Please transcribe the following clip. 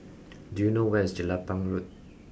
do you know where is Jelapang Road